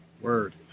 word